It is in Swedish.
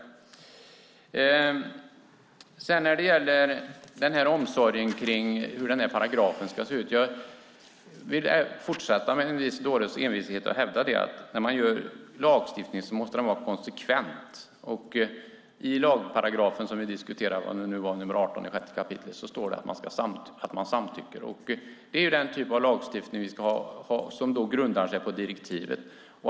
När det gäller omsorgen om hur den här paragrafen ska se ut vill jag fortsätta att med en viss dåres envishet hävda att när man gör lagstiftning så måste den vara konsekvent. I lagparagrafen som vi diskuterar - 6 kap. 18 §- står det att man samtycker. Det är den typen av lagstiftning vi ska ha som grundar sig på direktivet.